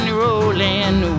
rolling